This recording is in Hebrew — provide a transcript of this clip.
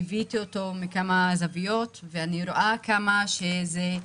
אם אתם מחפשים מקורות כספיים, לכו לשדה דב, יש שם